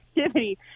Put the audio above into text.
activity